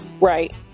right